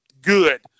good